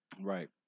Right